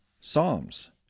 Psalms